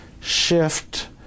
Shift